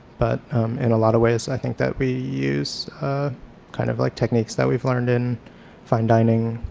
but in a lot of ways i think that we use kind of like techniques that we've learned in fine dining,